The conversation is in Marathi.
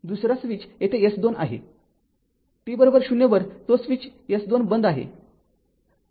दुसरा स्विच येथे S २ आहे t 0 वर तो स्विच S २ बंद आहे